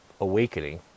awakening